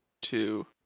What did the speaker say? two